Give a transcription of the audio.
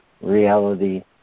reality